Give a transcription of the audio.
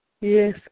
Yes